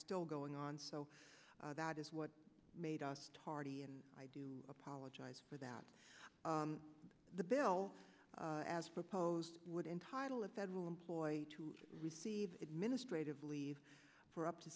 still going on so that is what made us tardy and i do apologize for that the bill as proposed would entitle a federal employee to receive administrative leave for up to